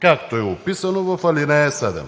както е описано в ал. 7.